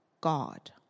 God